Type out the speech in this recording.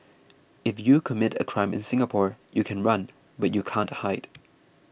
if you commit a crime in Singapore you can run but you can't hide